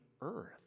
earth